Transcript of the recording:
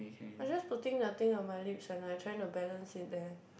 I just putting the thing on my lips and I trying to balance it there